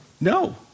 No